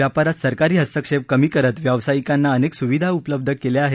व्यापारात सरकारी हस्तक्षेप कमी करत व्यावसायिकांना अनेक सुविधा उपलब्ध केल्या आहेत